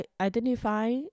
identify